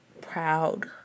proud